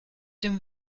dem